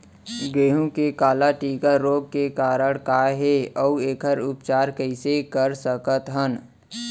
गेहूँ के काला टिक रोग के कारण का हे अऊ एखर उपचार कइसे कर सकत हन?